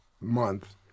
month